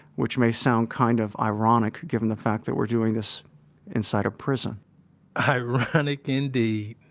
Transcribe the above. which may sound kind of ironic given the fact that we're doing this inside a prison ironic, indeed.